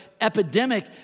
epidemic